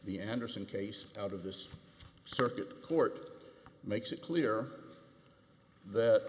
the andersen case out of this circuit court makes it clear that